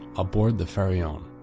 aboard the pharaon.